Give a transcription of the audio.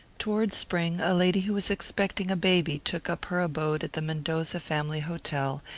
toward spring a lady who was expecting a baby took up her abode at the mendoza family hotel,